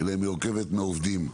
אלא היא מורכבת מעובדים.